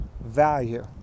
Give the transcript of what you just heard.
value